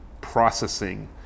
processing